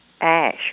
ash